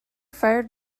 fire